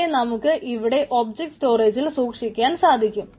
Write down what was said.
അവയെ നമുക്ക് ഇവിടെ ഒബ്ക്ട് സ്റ്റോറേജിൽ സൂക്ഷിക്കാൻ സാധിക്കും